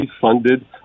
funded